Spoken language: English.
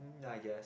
mm i guess